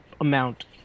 amount